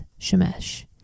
Shemesh